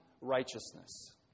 righteousness